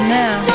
now